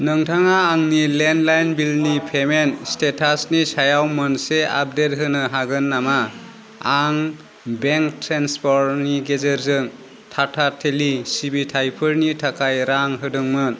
नोंथाङा आंनि लेन्डलाइन बिलनि पेमेन्ट स्टेटासनि सायाव मोनसे आपडेट होनो हागोन नामा आं बेंक ट्रेन्सफारनि गेजेरजों टाटा टेलि सिबिथायफोरनि थाखाय रां होदोंमोन